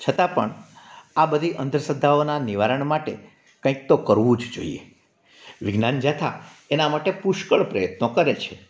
છતાં પણ આ બધી અંધશ્રદ્ધાઓના નિવારણ માટે કંઈક તો કરવું જોઈએ વિજ્ઞાનજાથા એના માટે પુષ્કળ પ્રયત્નો કરે છે